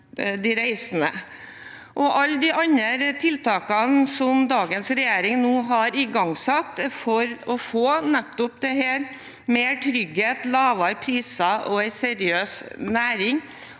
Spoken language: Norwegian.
Alle de andre tiltakene som dagens regjering nå har igangsatt for å få nettopp dette – mer trygghet, lavere priser og en seriøs næring